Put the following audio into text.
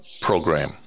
program